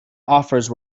offers